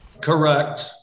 Correct